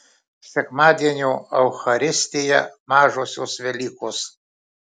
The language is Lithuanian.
sekmadienio eucharistija mažosios velykos